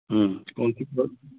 हाँ कौन सी सर